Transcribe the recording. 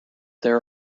there